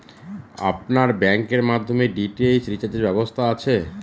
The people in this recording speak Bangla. আপনার ব্যাংকের মাধ্যমে ডি.টি.এইচ রিচার্জের ব্যবস্থা আছে?